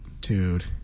Dude